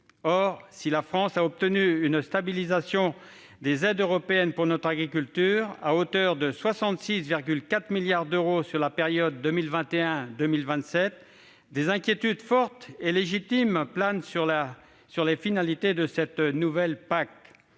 Or, si la France a obtenu une stabilisation des aides européennes pour notre agriculture, à hauteur de 66,4 milliards d'euros sur la période 2021-2027, des inquiétudes fortes et légitimes planent sur les finalités de cette nouvelle PAC,